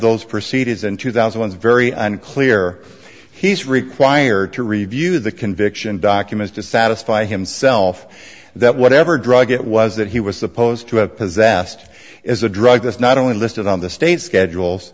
those proceedings in two thousand was very unclear he's required to review the conviction documents to satisfy himself that whatever drug it was that he was supposed to have possessed is a drug that's not only listed on the state's schedules